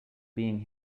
being